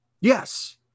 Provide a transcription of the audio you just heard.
yes